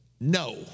No